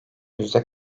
yüzde